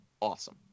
awesome